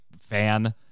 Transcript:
fan